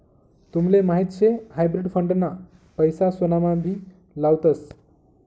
तुमले माहीत शे हायब्रिड फंड ना पैसा सोनामा भी लावतस